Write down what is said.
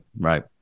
right